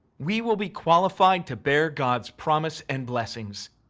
we will be qualified to bear god's promise and blessings.